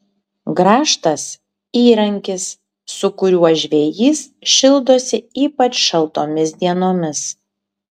grąžtas įrankis su kuriuo žvejys šildosi ypač šaltomis dienomis